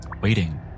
waiting